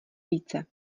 více